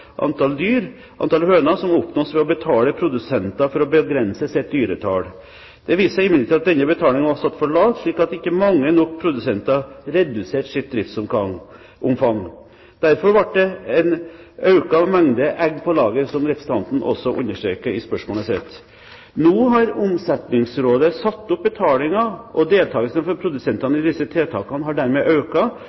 antall høner, som oppnås ved å betale produsenter for å begrense sitt dyretall. Det viste seg imidlertid at denne betalingen var satt for lavt, slik at ikke mange nok produsenter reduserte sitt driftsomfang. Derfor ble det en økt mengde egg på lager, som representanten også understreker i spørsmålet sitt. Nå har Omsetningsrådet satt opp betalingen, og deltakelsen fra produsentene i disse tiltakene har dermed